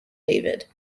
david